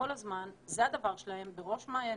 כל הזמן, זה הדבר שלהם, בראש מעייניהם,